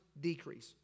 decrease